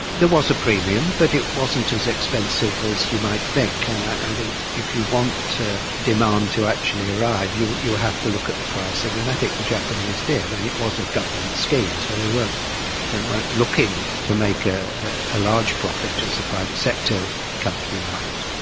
was a premium but it wasn't as expensive as you might think, and i think if you want demand to actually arrive you you have to look at the pricing and i think the japanese did, and it was a government scheme so they weren't they weren't looking to make a a large profit as a private sector company might.